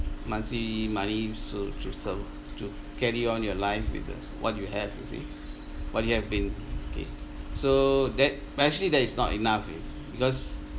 monthly money so~ to sur~ to carry on your life with a what you have you see what you have been okay so that but actually that is not enough because